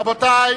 רבותי,